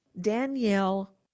Danielle